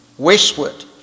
Westward